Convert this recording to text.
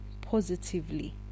positively